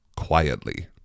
quietly